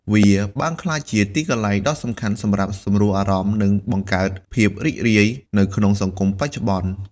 វាបានក្លាយជា ទីកន្លែងដ៏សំខាន់សម្រាប់សម្រួលអារម្មណ៍ និងបង្កើតភាពសប្បាយរីករាយ នៅក្នុងសង្គមបច្ចុប្បន្ន។